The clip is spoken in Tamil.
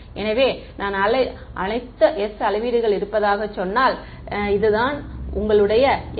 எனவே நான் அழைத்து s அளவீடுகள் இருப்பதாக சொன்னால் அது தான் உங்களுடைய s